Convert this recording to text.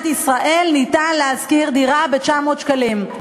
ישראל ניתן לשכור דירה ב-900 שקלים.